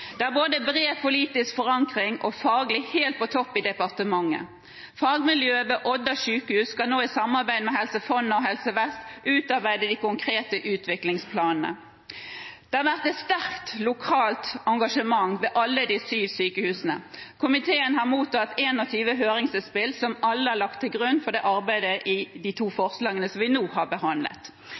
er bred både politisk og faglig forankring, helt på topp i departementet. Fagmiljøet ved Odda sjukehus skal nå i samarbeid med Helse Fonna og Helse Vest utarbeide de konkrete utviklingsplanene. Det har vært et sterkt lokalt engasjement ved alle de syv sykehusene. Komiteen har mottatt 21 høringsutspill, som alle er lagt til grunn for arbeidet med de to forslagene vi nå har behandlet.